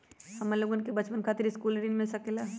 हमलोगन के बचवन खातीर सकलू ऋण मिल सकेला?